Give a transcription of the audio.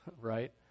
right